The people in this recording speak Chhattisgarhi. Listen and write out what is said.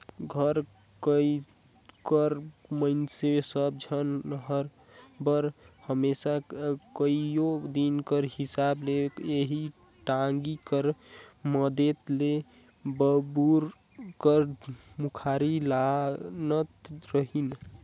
घर कर मइनसे सब झन बर हमेसा कइयो दिन कर हिसाब ले एही टागी कर मदेत ले बबूर कर मुखारी लानत रहिन